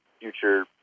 future